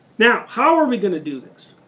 now how are we gonna do this?